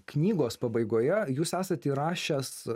knygos pabaigoje jūs esat įrašęs